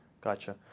Gotcha